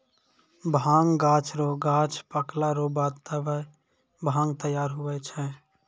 भांगक गाछ रो गांछ पकला रो बाद तबै भांग तैयार हुवै छै